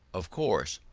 of course,